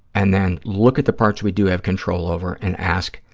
and then look at the parts we do have control over and ask,